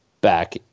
back